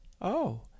Oh